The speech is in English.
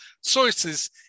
sources